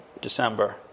December